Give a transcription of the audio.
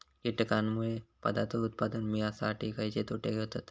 कीटकांनमुळे पदार्थ उत्पादन मिळासाठी खयचे तोटे होतत?